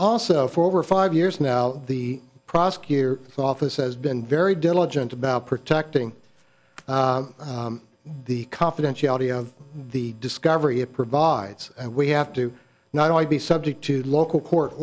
also for over five years now the prosecutor thought this has been very diligent about protecting the confidentiality of the discovery it provides and we have to not only be subject to local court